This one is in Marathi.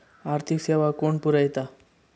आर्थिक सेवा कोण पुरयता?